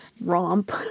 romp